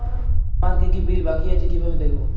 আমার কি কি বিল বাকী আছে কিভাবে দেখবো?